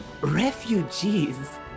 refugees